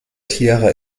tiere